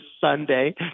Sunday